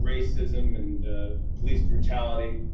racism and police brutality.